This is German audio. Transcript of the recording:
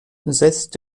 setzt